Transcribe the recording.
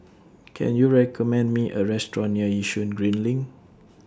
Can YOU recommend Me A Restaurant near Yishun Green LINK